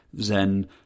Zen